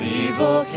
evil